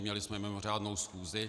Měli jsme mimořádnou schůzi.